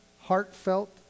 heartfelt